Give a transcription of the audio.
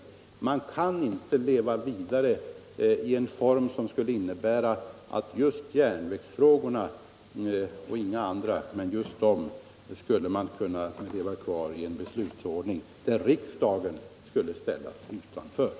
Man kan inte leva kvar i en beslutsordning som innebär att riksdagen skulle ställas utanför just i frågor som rör järnvägarna men inte i några andra.